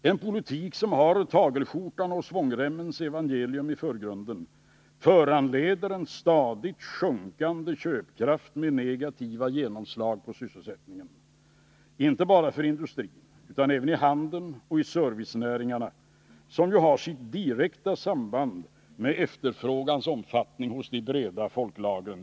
Den politik som har tagelskjortans och svångremspolitikens kännetecken i förgrunden föranleder en stadigt sjunkande köpkraft med negativa genomslag på sysselsättningen, inte bara i industrin utan även i handeln och inom servicenäringarna, som ju har sitt direkta samband med efterfrågans omfattning hos de breda folklagren.